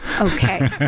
Okay